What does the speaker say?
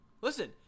Listen